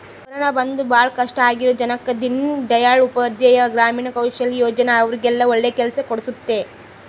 corona ಬಂದು ಭಾಳ ಕಷ್ಟ ಆಗಿರೋ ಜನಕ್ಕ ದೀನ್ ದಯಾಳ್ ಉಪಾಧ್ಯಾಯ ಗ್ರಾಮೀಣ ಕೌಶಲ್ಯ ಯೋಜನಾ ಅವ್ರಿಗೆಲ್ಲ ಒಳ್ಳೆ ಕೆಲ್ಸ ಕೊಡ್ಸುತ್ತೆ